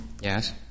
Yes